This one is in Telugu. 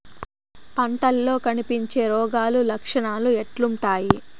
పంటల్లో కనిపించే రోగాలు లక్షణాలు ఎట్లుంటాయి?